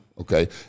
okay